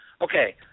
okay